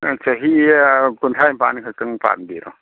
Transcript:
ꯆꯍꯤ ꯀꯨꯟꯊ꯭ꯔꯥ ꯅꯤꯄꯥꯟ ꯈꯛꯇꯪ ꯄꯥꯟꯕꯤꯔꯣ